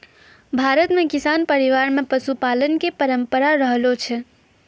भारत मॅ किसान परिवार मॅ पशुपालन के परंपरा रहलो छै